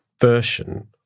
version